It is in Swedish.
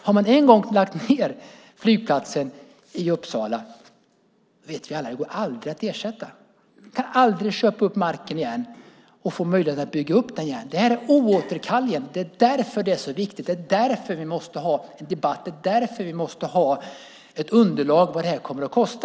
Har man en gång lagt ned flygplatsen i Uppsala vet vi alla att den aldrig går att ersätta. Vi kan aldrig köpa upp marken och få möjlighet att bygga upp den igen. Det är oåterkalleligt. Det är därför detta är så viktigt. Det är därför vi måste ha en debatt. Det är därför vi måste ha ett underlag för vad det här kommer att kosta.